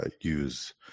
use